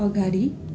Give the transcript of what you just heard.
अगाडि